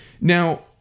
Now